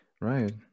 Right